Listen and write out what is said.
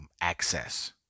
access